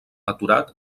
aturat